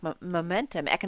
momentum